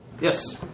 Yes